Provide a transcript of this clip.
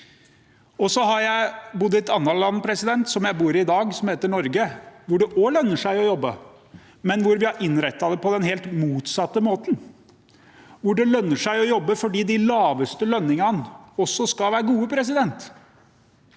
jeg bodd i et annet land, som jeg bor i i dag, som heter Norge, hvor det også lønner seg å jobbe, men hvor vi har innrettet det på den helt motsatte måten – hvor det lønner seg å jobbe fordi de laveste lønningene også skal være gode. Det